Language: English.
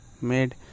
made